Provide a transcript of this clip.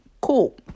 Cool